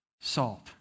Salt